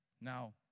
Now